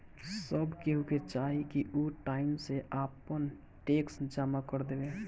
सब केहू के चाही की उ टाइम से आपन टेक्स जमा कर देवे